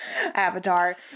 avatar